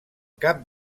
cap